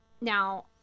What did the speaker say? Now